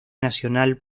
nacional